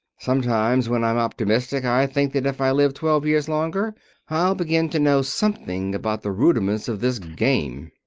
sometimes, when i'm optimistic, i think that if i live twelve years longer i'll begin to know something about the rudiments of this game.